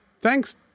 thanks